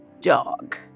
dog